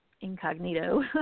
Incognito